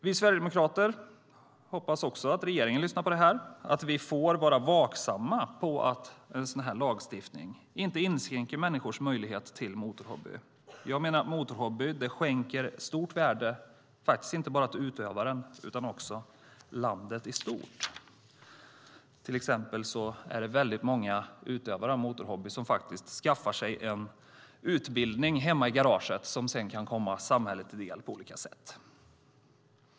Vi sverigedemokrater hoppas att också regeringen lyssnar på detta. Vi får vara vaksamma så att en sådan lagstiftning inte inskränker på människors möjligheter till motorhobby. Jag menar att motorhobby skänker stort värde inte bara till utövaren utan till landet i stort. Det är till exempel många utövare av motorhobby som faktiskt skaffar sig en utbildning hemma i garaget som sedan kan komma samhället till del på olika sätt. Fru talman!